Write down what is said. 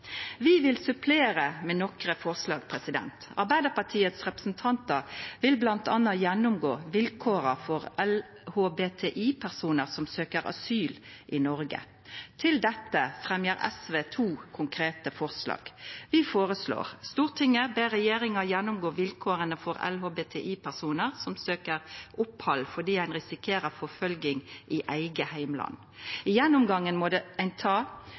Vi vil supplera med nokre forslag. Arbeidarpartiets representantar vil bl.a. gjennomgå vilkåra for LHBTI-personar som søkjer asyl i Noreg. Til dette fremjar SV to konkrete forslag. Vi føreslår: «Stortinget ber regjeringen gjennomgå vilkårene for LHBTI-personer som søker opphold fordi man risikerer forfølgelse i sitt hjemland. I gjennomgangen må det